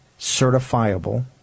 certifiable